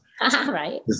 Right